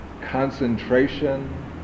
concentration